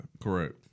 Correct